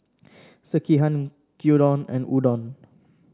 Sekihan Gyudon and Udon